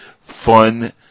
fun